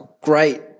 great